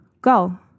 Go